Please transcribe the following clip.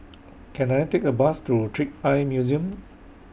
Can I Take A Bus to Trick Eye Museum